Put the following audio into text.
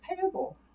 payable